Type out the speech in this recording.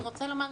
אני רוצה לומר,